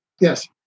yes